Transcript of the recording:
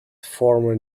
former